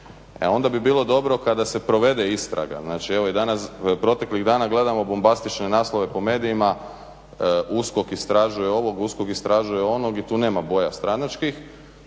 onda bi bilo dobro kada se provede istraga, znači evo i danas, proteklih dana gledamo bombastične naslove po medijima, USKOK istražuje ovog, USKOK istražuje onog i tu nema boja stranačkih,